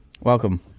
welcome